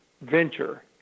venture